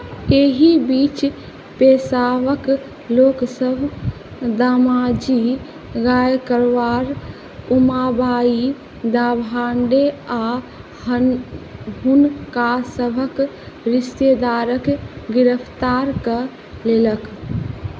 एहि बीच पेशवाके लोकसभ दामाजी गायकवाड़ उमाबाई दाभाडे आ हुनकासभक रिश्तेदारके गिरफ्तार कऽ लेलक